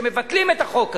שמבטלים את החוק הזה.